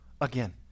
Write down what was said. again